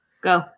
Go